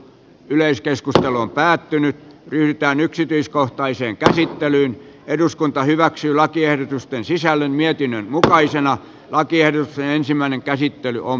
yleiskeskustelu on päättynyt pyritään yksityiskohtaiseen käsittelyyn eduskunta hyväksyy lakiehdotusten sisällön mietinnön mukaisena vankien ensimmäinen käsittely sisällöstä